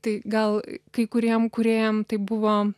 tai gal kai kuriem kūrėjam tai buvo